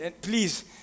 please